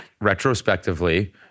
retrospectively